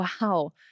wow